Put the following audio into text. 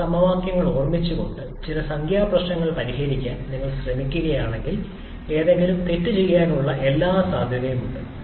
ആ സമവാക്യങ്ങൾ ഓർമ്മിച്ചുകൊണ്ട് ചില സംഖ്യാ പ്രശ്നങ്ങൾ പരിഹരിക്കാൻ നിങ്ങൾ ശ്രമിക്കുകയാണെങ്കിൽ എന്തെങ്കിലും തെറ്റ് ചെയ്യാനുള്ള എല്ലാ സാധ്യതയുമുണ്ട്